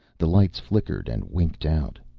the lights flickered and winked out.